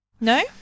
No